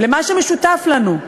למה שמשותף לנו,